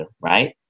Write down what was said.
right